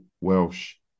welsh